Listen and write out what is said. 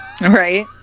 Right